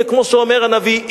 וכמו שאומר הנביא: